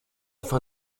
fin